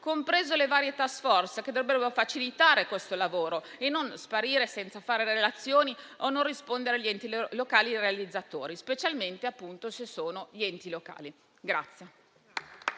comprese le varie *task force* che dovrebbero facilitare questo lavoro e non sparire senza fare relazioni o non rispondere agli enti locali realizzatori, specialmente se sono gli enti locali.